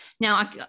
Now